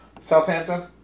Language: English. Southampton